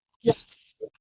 Yes